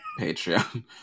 Patreon